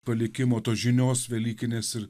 palikimo tos žinios velykinės ir